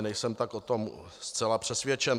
Nejsem tak o tom zcela přesvědčen.